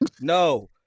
No